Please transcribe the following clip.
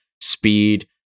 speed